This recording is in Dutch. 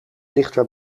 dichter